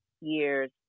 years